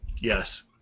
Yes